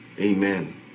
Amen